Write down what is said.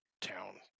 town